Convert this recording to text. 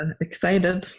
excited